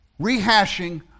rehashing